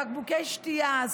בקבוקי שתייה,